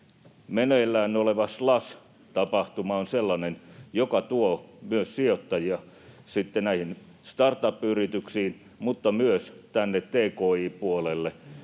meneillään oleva Slush-tapahtuma on sellainen, joka tuo myös sijoittajia näihin startup-yrityksiin mutta myös tänne tki-puolelle.